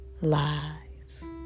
lies